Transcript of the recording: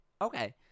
Okay